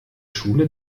schule